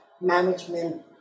management